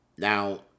Now